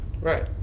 Right